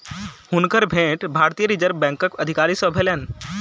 हुनकर भेंट भारतीय रिज़र्व बैंकक अधिकारी सॅ भेलैन